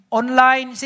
online